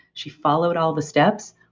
she followed all the steps,